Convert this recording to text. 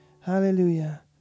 Hallelujah